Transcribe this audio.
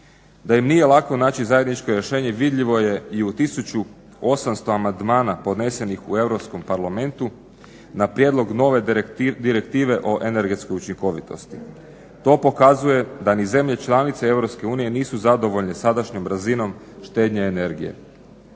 Da im nije lako naći zajedničko rješenje vidljivo je i u 1800 amandmana podnesenih u Europskom parlamentu na prijedlog nove Direktive o energetskoj učinkovitosti. To pokazuje da ni zemlje članice EU nisu zadovoljne sadašnjom razinom štednje energije.